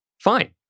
Fine